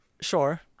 Sure